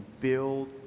build